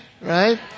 Right